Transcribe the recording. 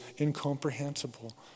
incomprehensible